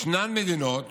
יש מדינות